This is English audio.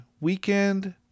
Weekend